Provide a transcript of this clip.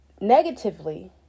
negatively